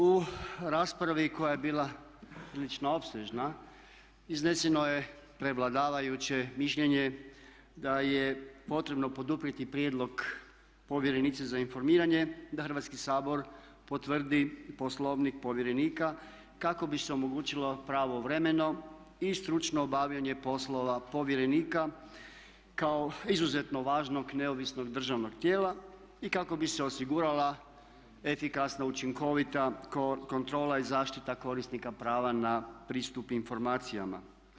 U raspravi koja je bila prilično opsežna izneseno je prevladavajuće mišljenje da je potrebno poduprijeti prijedlog povjerenice za informiranje da Hrvatski sabor potvrdi Poslovnik povjerenika kako bi se omogućilo pravovremeno i stručno obavljanje poslova povjerenika kako izuzetno važnog neovisnog državnog tijela i kako bi se osigurala efikasna učinkovita kontrola i zaštita korisnika prava na pristup informacijama.